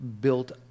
built